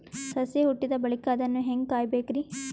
ಸಸಿ ಹುಟ್ಟಿದ ಬಳಿಕ ಅದನ್ನು ಹೇಂಗ ಕಾಯಬೇಕಿರಿ?